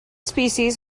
species